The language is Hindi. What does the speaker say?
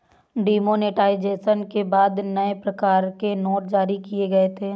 डिमोनेटाइजेशन के बाद नए प्रकार के नोट जारी किए गए थे